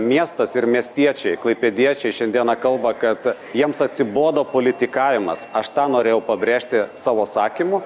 miestas ir miestiečiai klaipėdiečiai šiandieną kalba kad jiems atsibodo politikavimas aš tą norėjau pabrėžti savo sakymu